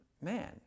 man